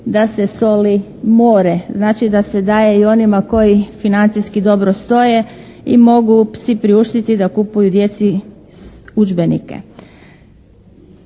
da se soli more, znači da se daje i onima koji financijski dobro stoje i mogu si priuštiti da kupuju djeci udžbenike.